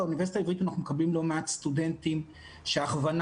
באוניברסיטה העברית אנחנו מקבלים לא מעט סטודנטים שההכוונה